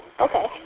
okay